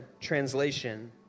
translation